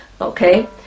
Okay